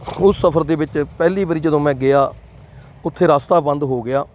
ਉਹ ਸਫ਼ਰ ਦੇ ਵਿੱਚ ਪਹਿਲੀ ਵਾਰ ਜਦੋਂ ਮੈਂ ਗਿਆ ਉੱਥੇ ਰਸਤਾ ਬੰਦ ਹੋ ਗਿਆ